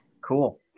Cool